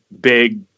big